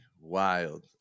wild